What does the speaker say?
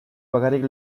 bakarrik